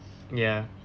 ya